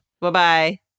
Bye-bye